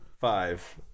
Five